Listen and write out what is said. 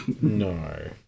No